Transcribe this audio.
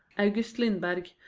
august lindberg,